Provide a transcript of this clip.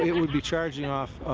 it would be charging off